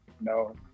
no